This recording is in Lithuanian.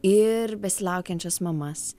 ir besilaukiančias mamas